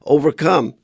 overcome